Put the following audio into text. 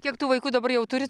kiek tų vaikų dabar jau turit